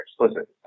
explicit